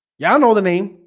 ya know the name